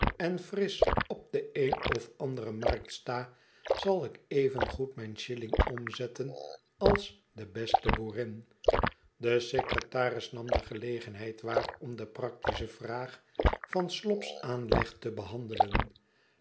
en frisch op de een of andere markt sta zal ik evengoed mijn shilling omzetten als de beste boerin de secretaris nam de gelegenheid waar om de practische vraag van siop's aanleg te behandelen